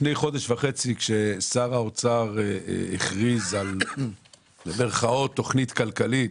לפני חודש וחצי כששר האוצר הכריז על "תוכנית כלכלית"